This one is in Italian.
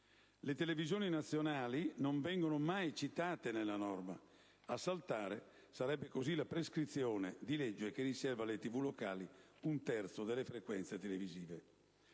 Le televisioni nazionali non vengono mai citate nella norma. A saltare sarebbe così la prescrizione di legge che riserva alle TV locali un terzo delle frequenze televisive.